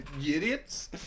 idiots